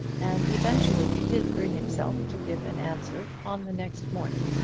and eventually did bring himself to give an answer on the next morning.